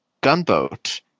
gunboat